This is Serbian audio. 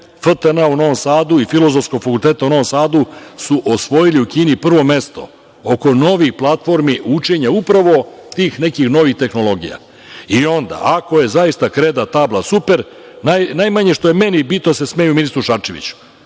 FTN u Novom Sadu i Filozofskog fakulteta u Novom Sadu su osvojili u Kini prvo mesto oko novih platformi učenja upravo tih nekih novih tehnologija. Ako je zaista kreda, tabla super. Najmanje što je meni bitno da se smeju ministru Šarčeviću.